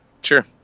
Sure